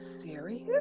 serious